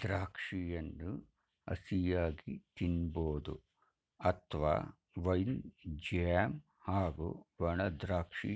ದ್ರಾಕ್ಷಿಯನ್ನು ಹಸಿಯಾಗಿ ತಿನ್ಬೋದು ಅತ್ವ ವೈನ್ ಜ್ಯಾಮ್ ಹಾಗೂ ಒಣದ್ರಾಕ್ಷಿ